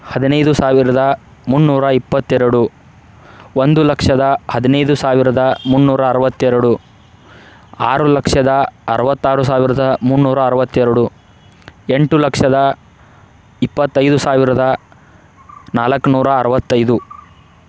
ಹದಿನೈದು ಸಾವಿರದ ಮುನ್ನೂರ ಇಪ್ಪತ್ತೆರಡು ಒಂದು ಲಕ್ಷದ ಹದಿನೈದು ಸಾವಿರದ ಮುನ್ನೂರ ಅರವತ್ತೆರಡು ಆರು ಲಕ್ಷದ ಅರವತ್ತಾರು ಸಾವಿರದ ಮುನ್ನೂರ ಅರವತ್ತೆರಡು ಎಂಟು ಲಕ್ಷದ ಇಪ್ಪತೈದು ಸಾವಿರದ ನಾಲ್ಕುನೂರ ಅರವತ್ತೈದು